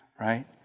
Right